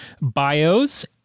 bios